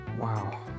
wow